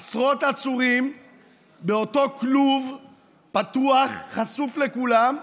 עשרות עצורים באותו כלוב פתוח, חשוף לכולם,